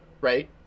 right